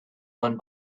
when